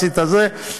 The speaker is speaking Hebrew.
עשית זה.